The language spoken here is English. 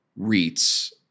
REITs